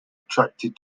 attracted